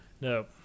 no